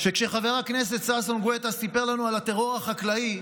שכשחבר הכנסת ששון גואטה סיפר לנו על הטרור החקלאי,